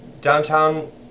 Downtown